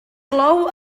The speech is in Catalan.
clou